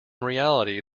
reality